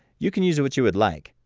you can use what you would like,